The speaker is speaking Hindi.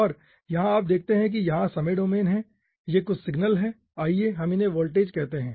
और यहां आप देखते है यहाँ समय डोमेन है यह कुछ सिग्नल है आइए हम इन्हे वोल्टेज कहते हैं